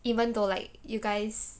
even though like you guys